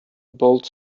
boat